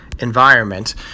environment